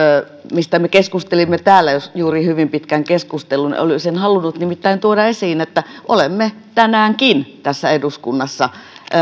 mistä me keskustelimme täällä juuri hyvin pitkän keskustelun olisin halunnut nimittäin tuoda esiin että olemme tänäänkin tässä eduskunnassa